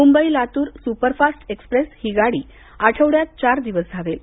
Mumbai Latur superfast express ही गाड़ी आठवड्यात चार दिवस धावेल